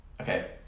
okay